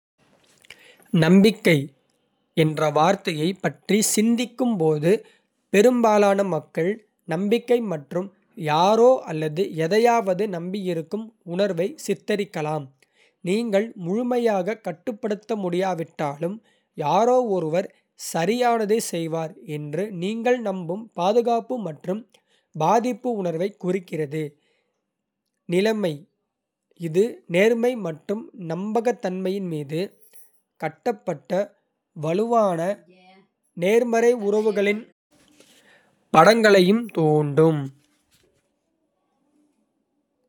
நம்பிக்கை என்ற வார்த்தையைப் பற்றி சிந்திக்கும்போது, ​​​​பெரும்பாலான மக்கள் நம்பிக்கை மற்றும் யாரோ அல்லது எதையாவது நம்பியிருக்கும் உணர்வை சித்தரிக்கலாம். நீங்கள் முழுமையாகக் கட்டுப்படுத்த முடியாவிட்டாலும், யாரோ ஒருவர் சரியானதைச் செய்வார் என்று நீங்கள் நம்பும் பாதுகாப்பு மற்றும் பாதிப்பு உணர்வைக் குறிக்கிறது. நிலைமை, இது நேர்மை மற்றும் நம்பகத்தன்மையின் மீது கட்டப்பட்ட வலுவான, நேர்மறை உறவுகளின் படங்களையும் தூண்டும்.